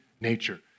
nature